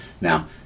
Now